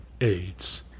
AIDS